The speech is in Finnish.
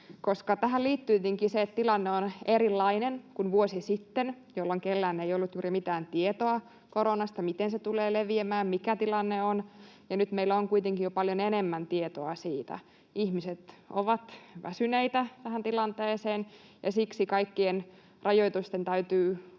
tähän liittyy tietenkin se, että tilanne on erilainen kuin vuosi sitten, jolloin kellään ei ollut juuri mitään tietoa koronasta, siitä, miten se tulee leviämään, mikä tilanne on, ja nyt meillä on kuitenkin jo paljon enemmän tietoa siitä. Ihmiset ovat väsyneitä tähän tilanteeseen, ja siksi kaikkien rajoitusten täytyy